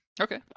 okay